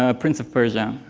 ah prince of persia,